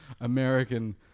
American